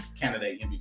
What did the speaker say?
candidate